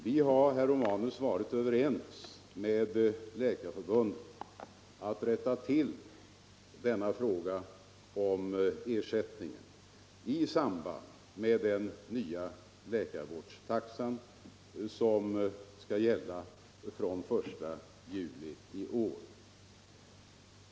Vi har, herr Romanus, varit ense med Läkarförbundet om att rätta till ersättningen i samband med införandet av den nya läkarvårdstaxa, som skall gälla från den 1 juli i år.